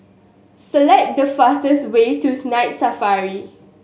select the fastest way to Night Safari